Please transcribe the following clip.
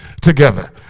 together